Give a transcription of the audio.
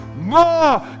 more